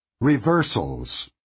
Reversals